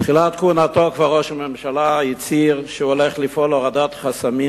כבר בתחילת כהונתו ראש ממשלה הצהיר שהוא הולך לפעול להורדת חסמים